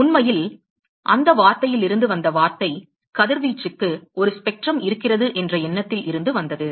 உண்மையில் அந்த வார்த்தையில் இருந்து வந்த வார்த்தை கதிர்வீச்சுக்கு ஒரு ஸ்பெக்ட்ரம் இருக்கிறது என்ற எண்ணத்தில் இருந்து வந்தது